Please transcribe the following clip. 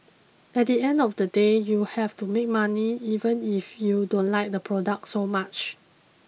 at the end of the day you have to make money even if you don't like the product so much